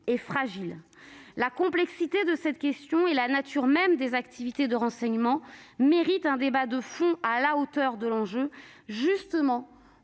fragile. La complexité de cette question et la nature même des activités de renseignement appellent un débat de fond, à la hauteur de l'enjeu. Un tel